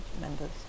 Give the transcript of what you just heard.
members